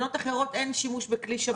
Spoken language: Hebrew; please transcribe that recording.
שבמדינות אחרות אין שימוש בכלי שב"כ.